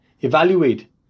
evaluate